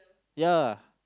yeah